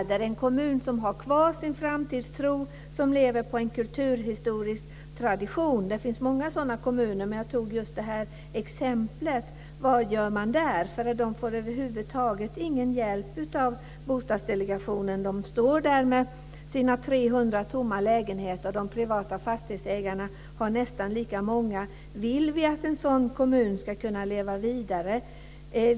Falköping är en kommun som har kvar sin framtidstro och lever på en kulturhistorisk tradition, och det finns flera sådana exempel. Vad gör man där? De får över huvud taget ingen hjälp av Bostadsdelegationen. De står där med 300 tomma lägenheter. De privata fastighetsägarna har nästan lika många tomma lägenheter. Vill vi att en sådan kommun ska kunna leva vidare?